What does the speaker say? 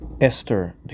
Esther